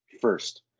first